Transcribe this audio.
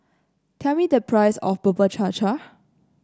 tell me the price of Bubur Cha Cha